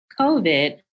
covid